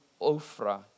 Ophrah